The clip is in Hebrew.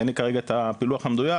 אין לי כרגע את הפילוח המדויק,